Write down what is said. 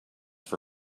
for